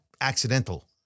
accidental